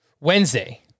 Wednesday